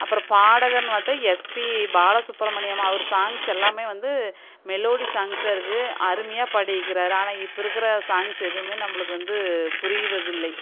அப்புறம் பாடகர்னு பார்த்தா எஸ்பி பாலசுப்ரமணியம் அவர் சாங்ஸ் எல்லாமே வந்து மெலோடி சாங்ஸாக இருக்குது அருமையாக பாடியிருக்குறாரு ஆனால் இப்போ இருக்கிற சாங்ஸ் எதுவுமே நம்மளுக்கு வந்து புரிவது இல்லை